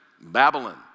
Babylon